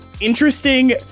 interesting